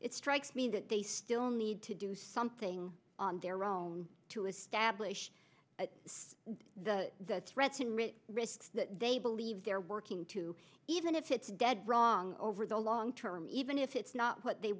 it strikes me that they still need to do something on their own to establish the threats and risks that they believe they're working to even if it's dead wrong over the long term even if it's not what they